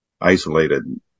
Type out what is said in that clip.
isolated